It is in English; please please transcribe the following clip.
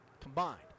combined